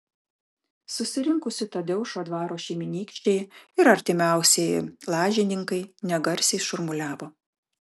susirinkusių tadeušo dvaro šeimynykščiai ir artimiausieji lažininkai negarsiai šurmuliavo